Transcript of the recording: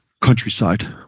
countryside